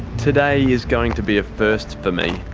today is going to be a first for me.